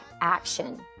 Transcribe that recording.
action